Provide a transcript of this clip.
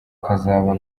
kazaba